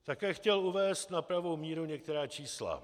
Také chtěl uvést na pravou míru některá čísla.